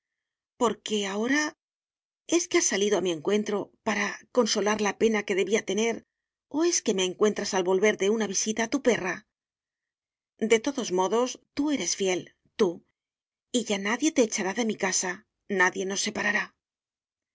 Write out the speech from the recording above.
porque ahora es que has salido a mi encuentro para consolar la pena que debía tener o es que me encuentras al volver de una visita a tu perra de todos modos tú eres fiel tú y ya nadie te echará de mi casa nadie nos separará